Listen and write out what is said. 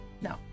no